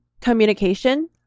communication